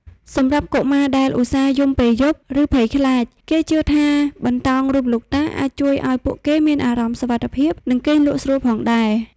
សម្រាប់កុមារដែលឧស្សាហ៍យំពេលយប់ ឬភ័យខ្លាច គេក៏ជឿថាបន្តោងរូបលោកតាអាចជួយឱ្យពួកគេមានអារម្មណ៍សុវត្ថិភាព និងគេងលក់ស្រួលផងដែរ។